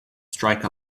strike